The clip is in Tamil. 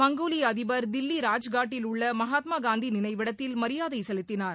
மங்கோலிய அதிபர் தில்லி ராஜ்காட்டில் உள்ள மகாத்மா காந்தி நினைவிடத்தில் மரியாதை செலுத்தினார்